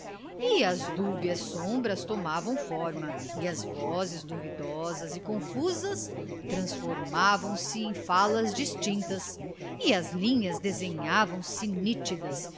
e as dúbias sombras tomavam forma e as vozes duvidosas e confusas transformavam se em falas distintas e as linhas desenhavam-se nítidas